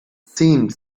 seemed